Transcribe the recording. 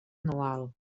anual